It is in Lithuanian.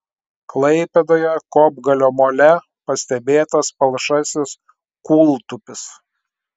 klaipėdoje kopgalio mole pastebėtas palšasis kūltupis